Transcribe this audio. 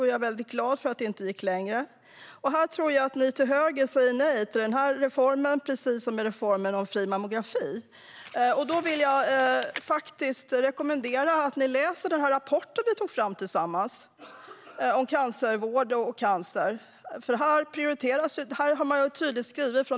Jag är väldigt glad för att det inte gick längre. Jag tror att ni till höger säger nej till denna reform, precis som med reformen om fri mammografi. Då vill jag faktiskt rekommendera att ni läser den rapport som vi tog fram tillsammans om cancervård och cancer.